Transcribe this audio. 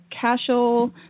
casual